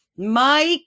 Mike